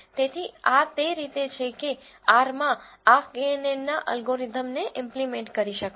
તેથી આ તે રીતે છે કે Rમાં આ કેએનએનના અલગોરિધમને ઈમ્પ્લીમેન્ટ કરી શકાય